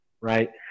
right